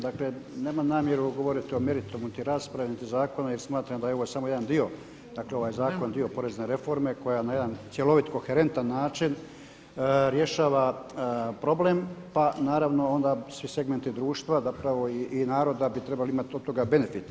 Dakle, nemam namjeru govoriti o meritumu niti rasprave, niti zakona jer smatram da je ovo samo jedan dio, dakle ovaj zakon dio porezne reforme koja na jedan cjelovit, koherentan način rješava problem, pa naravno onda svi segmenti društva zapravo i narod da bi trebali imati od toga benefite.